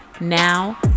now